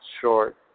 short